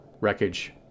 Wreckage